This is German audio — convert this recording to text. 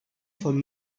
von